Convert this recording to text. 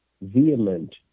vehement